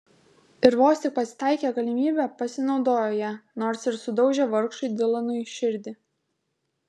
ir vos tik pasitaikė galimybė pasinaudojo ja nors ir sudaužė vargšui dilanui širdį